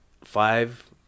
five